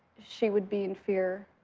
she would be in fear